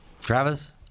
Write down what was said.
Travis